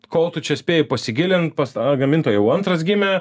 kol tu čia spėji pasigilint pas tą gamintoją jau antras gimė